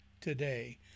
today